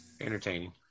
entertaining